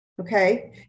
okay